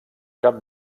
cap